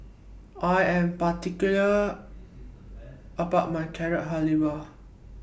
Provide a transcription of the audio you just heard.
I Am particular about My Carrot Halwa